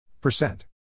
Percent